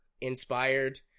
inspired